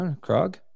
Krog